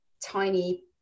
tiny